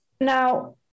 Now